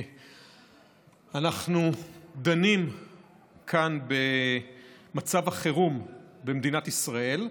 אנחנו דנים כאן במצב החירום במדינת ישראל,